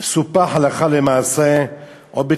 סופח הלכה למעשה עוד ב-1994,